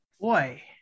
boy